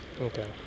okay